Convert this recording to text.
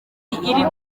iri